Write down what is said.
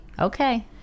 Okay